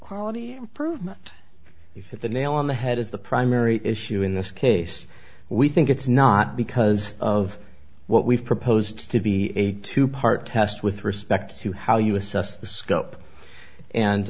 quality improvement if the nail on the head is the primary issue in this case we think it's not because of what we've proposed to be a two part test with respect to how you assess the scope and